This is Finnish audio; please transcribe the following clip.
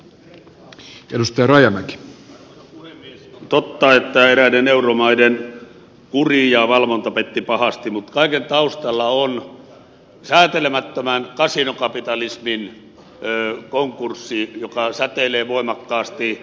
on totta että eräiden euromaiden kuri ja valvonta petti pahasti mutta kaiken taustalla on säätelemättömän kasinokapitalismin konkurssi joka säteilee voimakkaasti